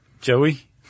Joey